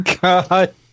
God